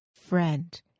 Friend